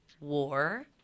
war